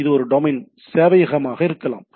இது ஒரு டொமைன் சேவையகமாக இருக்கலாம்